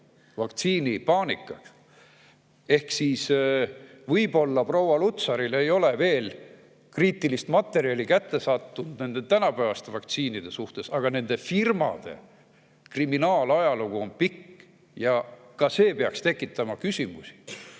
seagripivaktsiini paanikat. Võib-olla proua Lutsaril ei ole veel kriitilist materjali kätte sattunud nende tänapäevaste vaktsiinide suhtes, aga nende firmade kriminaalajalugu on pikk ja ka see peaks tekitama küsimusi.